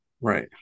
right